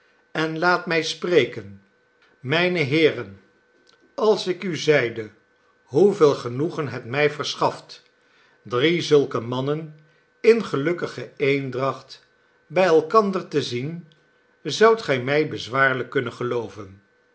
en laat mij spreken mijne heeren als ik u zeide hoeveel genoegen het mij verschaft drie zulke mannen in gelukkige eendracht bij elkander te zien zoudt gij mij bezwaarlijk kunnen gelooven